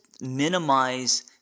minimize